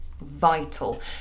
vital